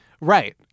Right